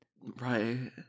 right